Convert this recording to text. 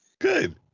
Good